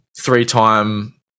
three-time